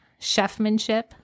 chefmanship